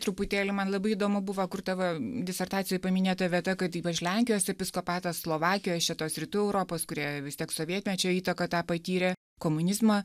truputėlį man labai įdomu buvo kur tavo disertacijoj paminėta vieta kad ypač lenkijos episkopatas slovakijos šitos rytų europos kurie vis tiek sovietmečio įtaką tą patyrė komunizmą